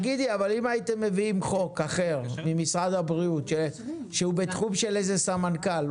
אם הייתם מביאים חוק אחר ממשרד הבריאות שהוא בתחום של איזה סמנכ"ל,